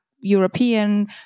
European